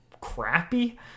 crappy